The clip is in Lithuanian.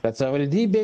kad savivaldybė